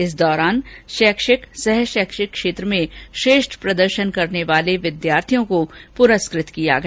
इस दौरान शैक्षिक सह षैक्षिक क्षेत्र में श्रेष्ठ प्रदर्षन करने वाले विद्यार्थियों को पुरस्कृत गया गया